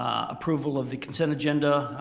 approval of the consent agenda,